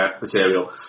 material